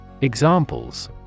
Examples